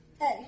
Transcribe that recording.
Hey